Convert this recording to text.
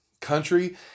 country